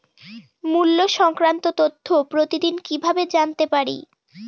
মুল্য সংক্রান্ত তথ্য প্রতিদিন কিভাবে জানতে পারি?